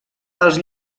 els